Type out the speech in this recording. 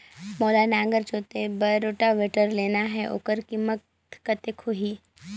मोला नागर जोते बार रोटावेटर लेना हे ओकर कीमत कतेक होही?